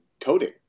Coding